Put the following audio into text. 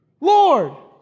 Lord